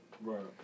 Right